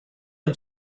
dem